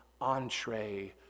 entree